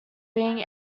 being